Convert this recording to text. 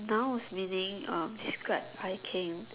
nouns meaning uh describe a thing